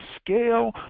scale